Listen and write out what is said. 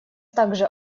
также